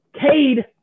Cade